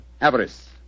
Avarice